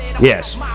Yes